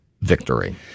victory